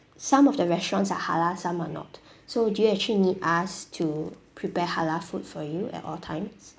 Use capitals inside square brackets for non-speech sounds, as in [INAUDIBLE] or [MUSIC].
some of the restaurants are halal some are not [BREATH] so would you actually need us to prepare halal food for you at all times